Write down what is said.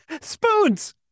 Spoons